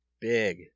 Big